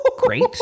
Great